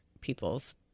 people's